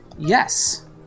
Yes